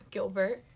Gilbert